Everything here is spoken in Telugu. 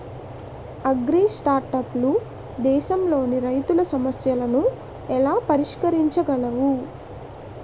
అగ్రిస్టార్టప్లు దేశంలోని రైతుల సమస్యలను ఎలా పరిష్కరించగలవు?